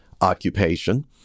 occupation